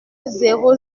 zéro